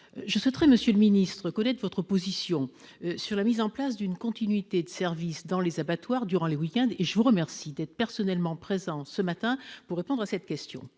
je souhaiterais connaître votre position sur la mise en place d'une continuité de service dans les abattoirs durant les week-ends, et je vous remercie d'être personnellement présent ce matin pour répondre à cette question.